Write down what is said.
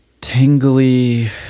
tingly